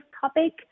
topic